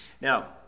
Now